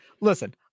Listen